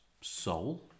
soul